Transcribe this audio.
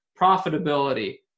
profitability